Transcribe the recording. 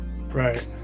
right